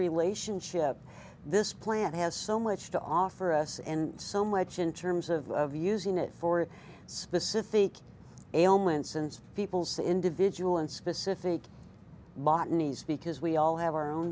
relationship this plant has so much to offer us and so much in terms of using it for specific ailments and people's individual and specific botany because we all have our own